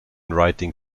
writing